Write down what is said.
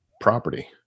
property